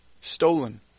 Stolen